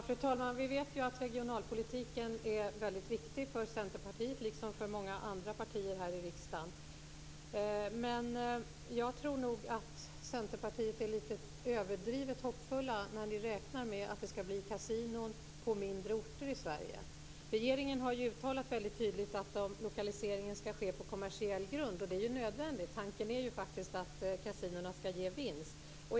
Fru talman! Vi vet att regionalpolitiken är viktig för Centerpartiet liksom för många andra partier i riksdagen. Jag tror att Centerpartiet är lite överdrivet hoppfull när partiet räknar med att det skall bli kasinon på mindre orter i Sverige. Regeringen har tydligt uttalat att lokaliseringen skall ske på kommersiell grund. Det är nödvändigt. Tanken är att kasinona skall ge vinst.